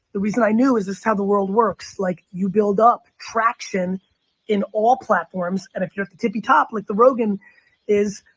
the reason i knew is this is how the world works. like you build up traction in all platforms and if you're at the tippy top, like the rogan is,